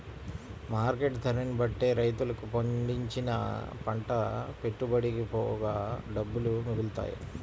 market ధరని బట్టే రైతులకు పండించిన పంట పెట్టుబడికి పోగా డబ్బులు మిగులుతాయి